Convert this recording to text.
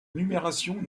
numération